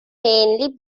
mainly